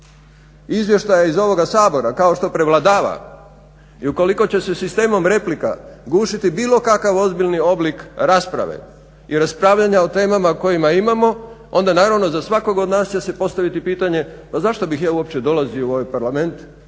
izvještaje iz ovoga Sabora kao što prevladava i ukoliko će se sistemom replika gušiti bilo kakav ozbiljni oblik rasprave i raspravljanja o temama kojima imamo, onda naravno za svakog od nas će se postaviti pitanje, pa zašto bih ja uopće dolazio u ovaj Parlament